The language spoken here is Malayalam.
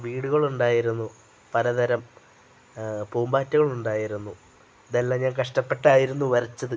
വീടുകളുണ്ടായിരുന്നു പലതരം പൂമ്പാറ്റകളുണ്ടായിരുന്നു ഇതെല്ലാം ഞാൻ കഷ്ടപ്പെട്ടായിരുന്നു വരച്ചത്